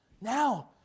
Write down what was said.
Now